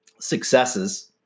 successes